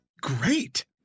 great